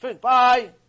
Bye